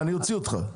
אני אוציא אותך.